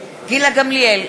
גילה גמליאל,